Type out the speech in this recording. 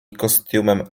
kostiumem